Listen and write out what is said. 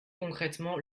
concrètement